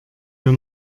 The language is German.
wir